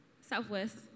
Southwest